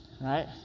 right